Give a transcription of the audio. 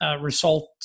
Result